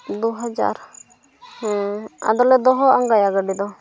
ᱫᱩᱦᱟᱡᱟᱨ ᱦᱮᱸ ᱟᱫᱚᱞᱮ ᱫᱚᱦᱚ ᱟᱸᱜᱟᱭᱟ ᱜᱟᱹᱰᱤ ᱫᱚ